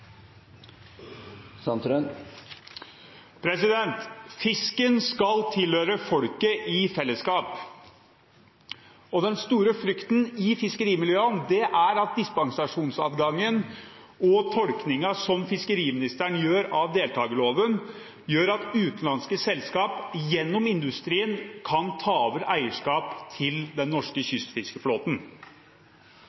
Fisken skal tilhøre folket i felleskap, og den store frykten i fiskerimiljøene er at dispensasjonsadgangen og tolkningen som fiskeriministeren gjør av deltakerloven, gjør at utenlandske selskap gjennom industrien kan ta over eierskap til den norske